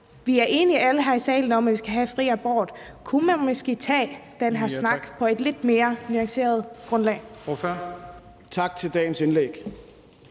Vi er alle her i salen enige om, at vi skal have fri abort, så kunne man måske tage den her snak på et lidt mere nuanceret grundlag?